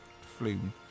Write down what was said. Flume